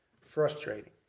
frustrating